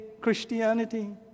Christianity